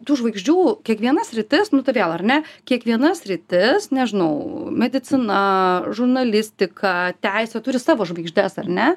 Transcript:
tų žvaigždžių kiekviena sritis nu todėl ar ne kiekviena sritis nežinau medicina žurnalistika teisė turi savo žvaigždes ar ne